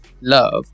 love